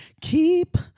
keep